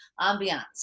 ambiance